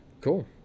cool